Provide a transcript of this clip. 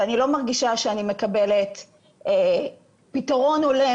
ואני לא מרגישה שאני מקבלת פתרון הולם,